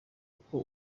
kuko